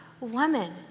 woman